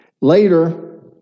Later